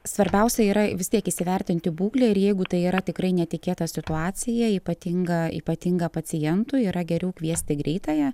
svarbiausia yra vis tiek įsivertinti būklę ir jeigu tai yra tikrai netikėta situacija ypatinga ypatinga pacientui yra geriau kviesti greitąją